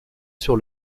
sur